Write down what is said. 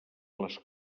les